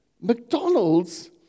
McDonald's